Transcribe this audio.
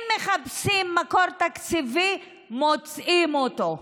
אם מחפשים מקור תקציבי, מוצאים אותו,